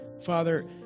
Father